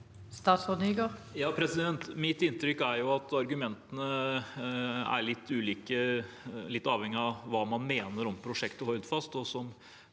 Mitt inntrykk er at argumentene er litt ulike, litt avhengig av hva man mener om prosjektet Hordfast.